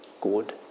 good